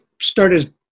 started